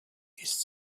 ist